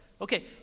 Okay